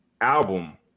album